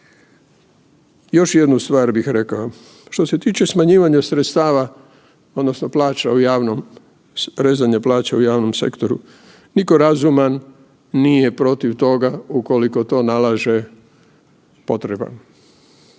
Još jednu stvar bih rekao. Što se tiče smanjivanja sredstava odnosno rezanja plaća u javnom sektoru, niko razuman nije protiv toga ukoliko to nalaže potreba,